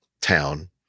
town